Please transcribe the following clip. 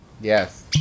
Yes